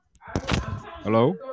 Hello